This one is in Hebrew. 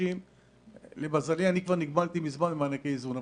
אני כבר נגמלתי ממזמן ממענקי איזון,